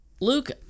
Luke